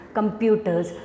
Computers